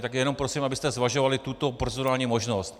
Tak jenom prosím, abyste zvažovali tuto procedurální možnost.